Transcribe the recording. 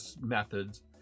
methods